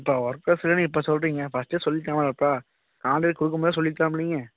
ஏன்பா ஒர்க்கர்ஸ் இல்லைனு இப்போ சொல்கிறிங்க ஃபஸ்ட்டே சொல்லிருக்கலாம்லப்பா காண்ட்ரெட் கொடுக்கும் போதே சொல்லியிருக்கலாமில்லீங்க